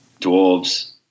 dwarves